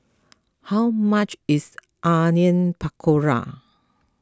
how much is Onion Pakora